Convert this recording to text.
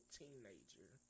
teenager